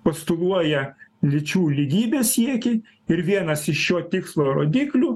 postuluoja lyčių lygybės siekį ir vienas iš šio tikslo rodiklių